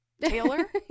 Taylor